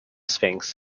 sphinx